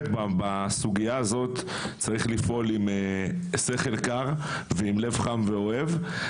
בסוגיה הזאת צריך לפעול עם שכל קר ועם לב חם ואוהב.